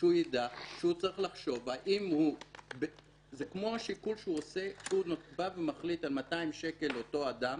זה כמו השיקול שהוא עושה כשהוא מחליט על 200 שקל לאותו אדם.